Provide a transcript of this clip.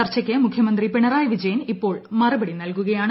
ചർച്ചക്ക് മുഖ്യമന്ത്രി പിണറായി വിജയൻ ഇപ്പോൾ മറുപടി നൽകുകയാണ്